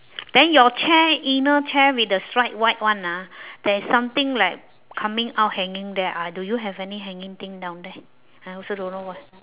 then your chair inner chair with the striped white one ah there's something like coming out hanging there ah do you have anything hanging thing down there I also don't know what